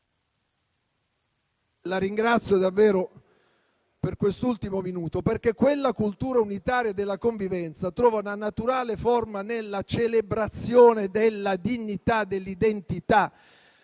la ringrazio davvero per quest'ultimo minuto che mi dà a disposizione. Quella cultura unitaria della convivenza trova una naturale forma nella celebrazione della dignità, dell'identità.